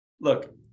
look